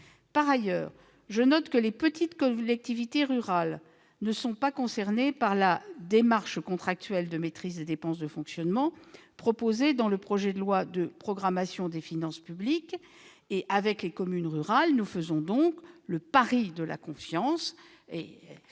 Par ailleurs, je note que les petites collectivités rurales ne sont pas concernées par la démarche contractuelle de maîtrise des dépenses de fonctionnement qui est proposée dans le projet de loi de programmation des finances publiques. Avec les communes rurales, nous faisons donc le pari de la confiance